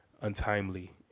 untimely